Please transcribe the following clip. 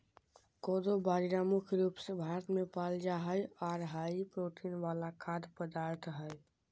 कोदो बाजरा मुख्य रूप से भारत मे पाल जा हय आर हाई प्रोटीन वाला खाद्य पदार्थ हय